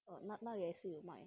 哦 ma ma 也是有卖